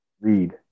read